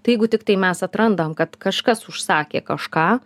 tai jeigu tiktai mes atrandam kad kažkas užsakė kažką